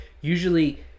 usually